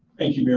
thank you mayor